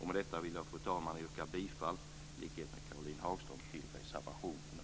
Med detta vill jag, i likhet med Caroline Hagström, yrka bifall till reservation nr 2.